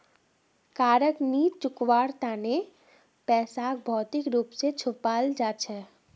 कारक नी चुकवार तना पैसाक भौतिक रूप स चुपाल जा छेक